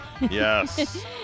Yes